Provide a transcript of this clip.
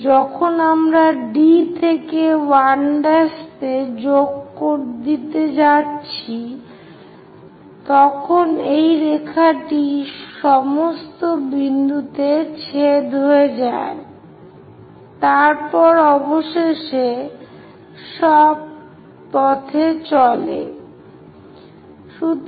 যখন আমরা D থেকে 1 'তে যোগ দিচ্ছি তখন এই রেখাটি সমস্ত বিন্দুতে ছেদ হয়ে যায় তারপর অবশেষে সব পথ চলে যায়